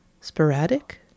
Sporadic